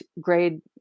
grade